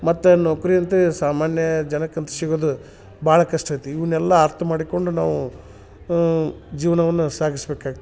ಮತ್ತು ನೌಕರಿಯಂತೆ ಸಾಮಾನ್ಯ ಜನಕ್ಕಂತ ಸಿಗೋದು ಭಾಳ ಕಷ್ಟ ಐತಿ ಇವುನೆಲ್ಲ ಅರ್ಥ ಮಾಡಿಕೊಂಡು ನಾವು ಜೀವನವನ್ನ ಸಾಗಿಸಬೇಕಾಗ್ತದೆ